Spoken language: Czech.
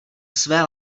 své